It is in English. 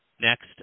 Next